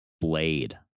Blade